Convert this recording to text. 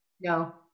No